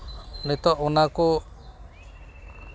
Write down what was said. ᱱᱤᱛᱚᱜ ᱚᱱᱟ ᱠᱚ